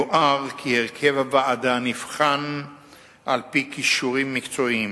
יוער כי הרכב הוועדה נבחן על-פי כישורים מקצועיים,